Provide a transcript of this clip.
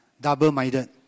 double-minded